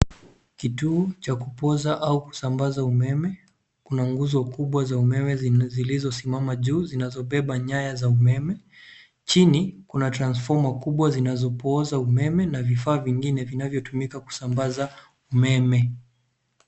Kituo cha kupoza au kusambaza umeme. Kuna nguzo kubwa za umeme zilizosimama juu zinazobeba nyaya za umeme. Chini kuna transfomer kubwa zinazopooza umeme na vifaa vingine vinavyotumika kusambaza umeme.